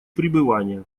пребывания